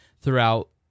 throughout